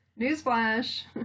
newsflash